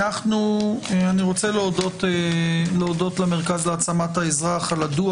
אני רוצה להודות למרכז להעצמת האזרח על הדוח.